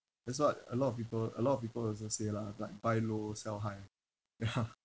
that's what a lot of people a lot of people also say lah like buy low sell high ya